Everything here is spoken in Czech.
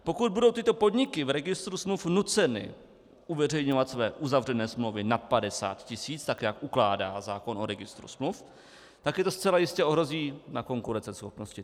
Pokud budou tyto podniky v registru smluv nuceny uveřejňovat své uzavřené smlouvy nad 50 tisíc, tak jak ukládá zákon o registru smluv, tak je to zcela jistě ohrozí na konkurenceschopnosti.